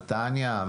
נתניה,